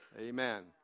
Amen